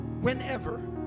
Whenever